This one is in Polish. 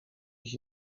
ich